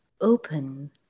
open